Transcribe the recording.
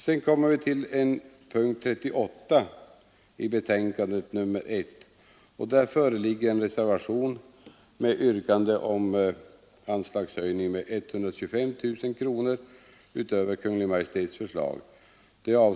Sedan kommer jag till punkten 38, som avser bidrag till Sveriges utsädesförening. Där föreligger en reservation med yrkande om anslagshöjning med 125 000 kronor utöver Kungl. Maj:ts förslag.